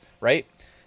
right